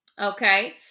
Okay